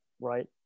Right